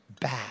back